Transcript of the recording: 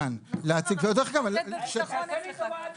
תעשה לי טובה, אל תתרגש מהם.